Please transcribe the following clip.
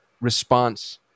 response